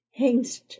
Hengst